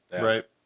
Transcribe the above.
Right